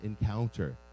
encounter